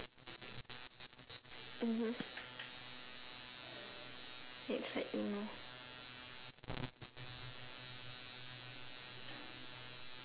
mmhmm it's like you know